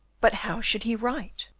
but how should he write?